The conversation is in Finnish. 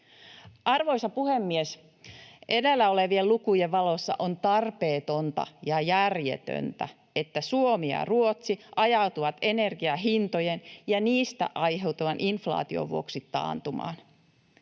Arvoisa puhemies! Edellä olevien lukujen valossa on tarpeetonta ja järjetöntä, että Suomi ja Ruotsi ajautuvat energiahintojen ja niistä aiheutuvan inflaation vuoksi taantumaan.